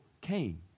came